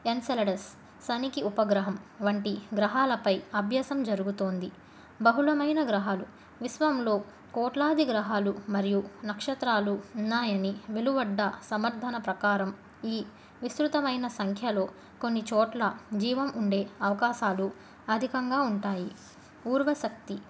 Enceladus శనికి ఉపగ్రహం వంటి గ్రహాలపై అభ్యాసం జరుగుతోంది బహుళమైన గ్రహాలు విశ్వంలో కోట్లాది గ్రహాలు మరియు నక్షత్రాలు ఉన్నాయని వెలువడ్డ సమర్ధన ప్రకారం ఈ విస్తృతమైన సంఖ్యలో కొన్ని చోట్ల జీవం ఉండే అవకాశాలు అధికంగా ఉంటాయి పూర్వ శక్తి